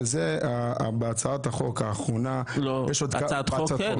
שזו הצעת החוק האחרונה --- הצעת חוק כן,